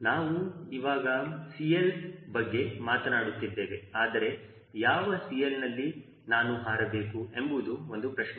ನಾವು ಇವಾಗ CL ಬಗ್ಗೆ ಮಾತನಾಡುತ್ತಿದ್ದೇವೆ ಆದರೆ ಯಾವ CLನಲ್ಲಿ ನಾನು ಹಾರಬೇಕು ಎಂಬುದು ಒಂದು ಪ್ರಶ್ನೆ